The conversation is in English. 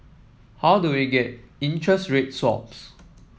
how do we get interest rate sorts